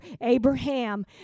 Abraham